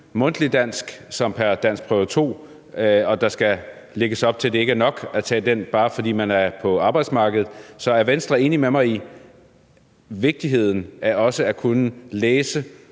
mundtlig dansk som til danskprøve 2, og at der skal lægges op til, at det ikke er nok at tage den, bare fordi man er på arbejdsmarkedet. Så er Venstre enig med mig i vigtigheden af også at kunne læse